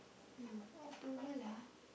no October lah